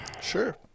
Sure